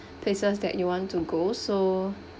places that you want to go so